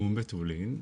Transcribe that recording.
קרום בתולין,